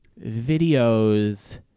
videos